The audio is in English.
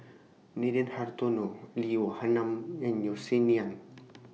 Nathan Hartono Lee Wee Nam and Yeo Si Nian